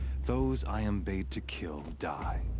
those i am bade to kill die.